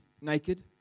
naked